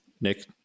Nick